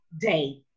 day